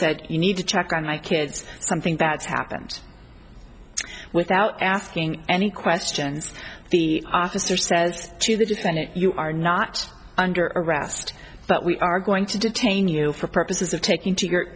said you need to check on my kids something that's happened without asking any questions the officer says to the defendant you are not under arrest but we are going to detain you for purposes of taking to you